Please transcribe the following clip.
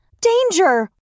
Danger